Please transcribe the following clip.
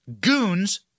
goons